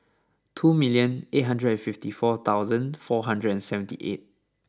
two million eight hundred and fifty four thousand four hundred and seventy eight